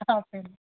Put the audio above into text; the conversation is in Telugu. అవును